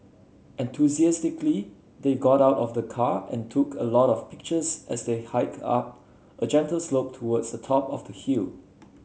enthusiastically they got out of the car and took a lot of pictures as they hiked up a gentle slope towards the top of the hill